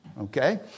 Okay